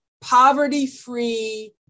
poverty-free